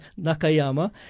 Nakayama